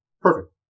Perfect